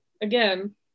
Again